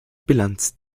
bilanz